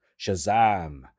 Shazam